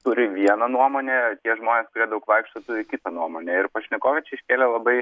turi vieną nuomonę tie žmonės kurie daug vaikšto turi kitą nuomonę ir pašnekovė čia iškėlė labai